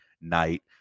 night